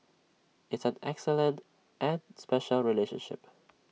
it's an excellent and special relationship